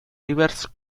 rivers